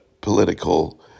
Political